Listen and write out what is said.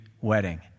wedding